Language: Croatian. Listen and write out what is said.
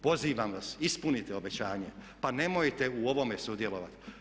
Pozivam vas, ispunite obećanje pa nemojte u ovome sudjelovati.